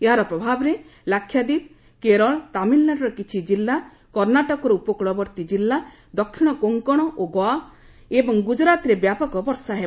ଏହାର ପ୍ରଭାବରେ ଲାକ୍ଷାଦ୍ୱୀପ କେରଳ ତାମିଲନାଡୁର କିଛି ଜିଲ୍ଲା କର୍ଣ୍ଣାଟକର ଉପକୂଳବର୍ତ୍ତୀ ଜିଲ୍ଲା ଦକ୍ଷିଣ କୋଙ୍କଣ ଓ ଗୋଆ ଏବଂ ଗୁଜରାତରେ ବ୍ୟାପକ ବର୍ଷା ହେବ